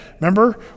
remember